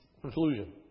Conclusion